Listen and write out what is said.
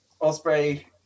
osprey